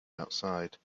outside